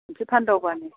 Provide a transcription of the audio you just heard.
खनसे फानदावब्लानो